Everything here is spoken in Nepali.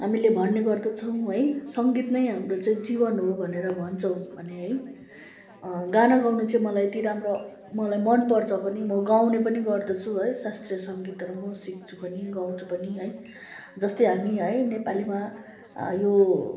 हामीले भन्ने गर्दछौँ है सङ्गीत नै हाम्रो चाहिँ जीवन हो भनेर भन्छौँ भने है गाना गाउनु चाहिँ मलाई यति राम्रो मलाई मन पर्छ पनि म गाउने पनि गर्दछु है शास्त्रीय सङ्गीत तर मो सिक्छु पनि गाउँछु पनि है जस्तै हामी है नेपालीमा यो